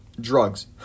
drugs